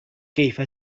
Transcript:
كيف